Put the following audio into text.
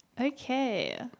Okay